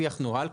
השיח נוהל.